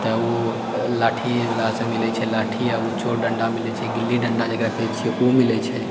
तऽ ओ लाठीसँ मिलैत छै लाठी आ ओ डण्डा मिलैत छै गीली डण्डा जेकरा कहैत छियै ओ मिलैत छै